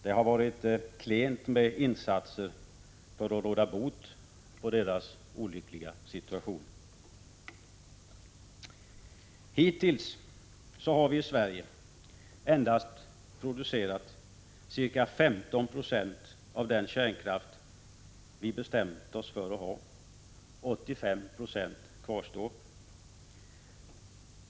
Det har varit klent med insatser för att råda bot på deras olyckliga situation. Hittills har vi i Sverige endast producerat ca 15 20 av den kärnkraft vi bestämt oss för att ha. 85 20 kvarstår.